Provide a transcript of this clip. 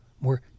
more